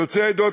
יוצאי עדות